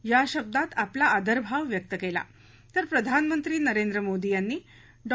या शब्दात आपला आदरभाव व्यक्त केला तर प्रधानमंत्री नरेंद्र मोदी यांनी डॉ